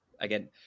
Again